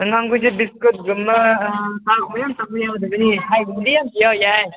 ꯑꯉꯥꯡꯈꯣꯏꯒꯤ ꯕꯤꯁꯀꯤꯠꯒꯨꯝꯕ ꯁꯥꯒꯨꯝꯕ ꯌꯥꯝ ꯆꯥꯕ ꯌꯥꯗꯕꯅꯤ ꯌꯥꯏ